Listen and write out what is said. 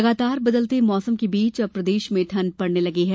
लगातार बदलते मौसम के बीच अब प्रदेश में ठंड पड़ने लगी है